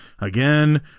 Again